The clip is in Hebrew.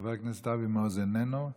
חבר הכנסת אבי מעוז, איננו.